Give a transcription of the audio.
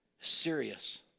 Serious